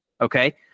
Okay